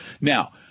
Now